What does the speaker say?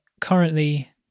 currently